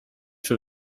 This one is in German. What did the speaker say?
für